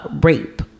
rape